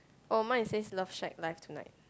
oh mine it says love shack live tonight